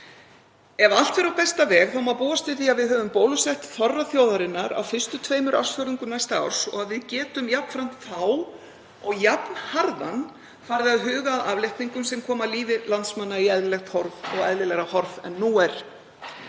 Ef allt fer á besta veg má búast við því að við höfum bólusett þorra þjóðarinnar á fyrstu tveimur ársfjórðungum næsta árs og að við getum jafnframt þá jafnharðan farið að huga að afléttingum sem koma lífi landsmanna í eðlilegt horf og eðlilegra horf en nú er.